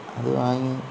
അത് വാങ്ങി